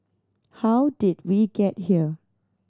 how did we get here